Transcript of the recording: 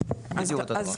בדיוק אותו דבר.